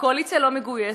הקואליציה לא מגויסת,